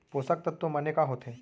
पोसक तत्व माने का होथे?